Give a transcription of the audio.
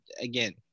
again